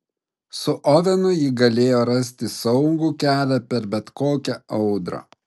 su ovenu ji galėjo rasti saugų kelią per bet kokią audrą